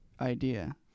idea